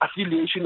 affiliation